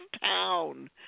town